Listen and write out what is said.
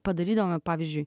padarydavome pavyzdžiui